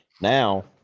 Now